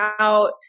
out